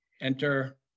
enter